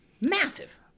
Massive